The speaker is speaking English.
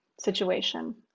situation